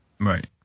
Right